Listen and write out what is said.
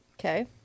Okay